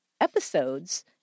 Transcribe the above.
episodes